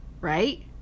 right